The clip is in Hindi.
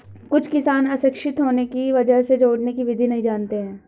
कुछ किसान अशिक्षित होने की वजह से जोड़ने की विधि नहीं जानते हैं